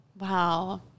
Wow